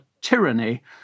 tyranny